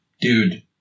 dude